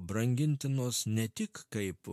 brangintinos ne tik kaip